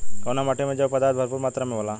कउना माटी मे जैव पदार्थ भरपूर मात्रा में होला?